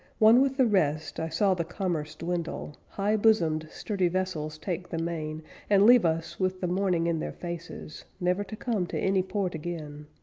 one with the rest, i saw the commerce dwindle, high-bosomed, sturdy vessels take the main and leave us, with the morning in their faces, never to come to any port again.